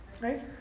right